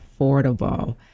affordable